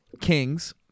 Kings